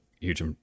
huge